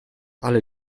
alle